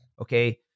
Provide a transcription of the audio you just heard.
Okay